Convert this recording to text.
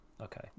okay